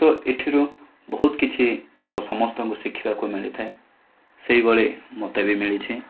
ତ ଏଥିରୁ ବହୁତ କିଛି ତ ସମସ୍ତଙ୍କୁ ଶିଖିବାକୁ ମିଳିଥାଏ ସେହିଭଳି ମୋତେ ବି ମିଳିଛି